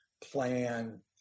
plan